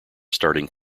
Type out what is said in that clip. starting